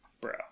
Bro